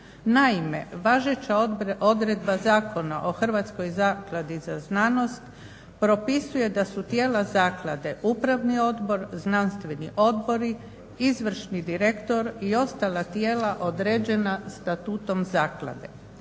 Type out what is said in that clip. Naime, važeća odredba Zakona o Hrvatskoj zakladi za znanost propisuje da su tijela zaklade Upravni odbor, Znanstveni odbori, izvršni direktor i ostala tijela određena Statutom Zaklade.